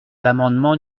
l’amendement